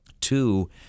Two